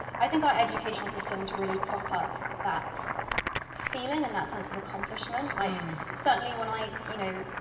i think our educational systems really prop up that feeling and that sense of accomplishment, like certainly when i you know,